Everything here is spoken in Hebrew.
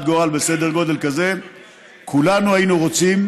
גורל בסדר גודל כזה כולנו היינו רוצים